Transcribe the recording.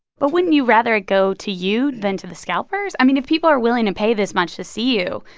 but wouldn't you rather it go to you than to the scalpers? i mean, if people are willing to pay this much to see you,